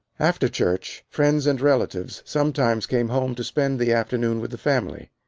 after church friends and relatives sometimes came home to spend the afternoon with the family.